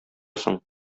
соң